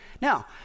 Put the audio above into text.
Now